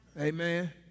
Amen